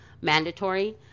mandatory